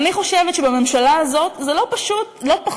אני חושבת שבממשלה הזאת זה לא פחות